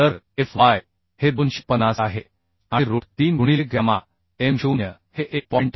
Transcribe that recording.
तर f y हे 250 आहे आणि रूट 3 गुणिले गॅमा m0 हे 1